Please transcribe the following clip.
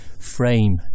frame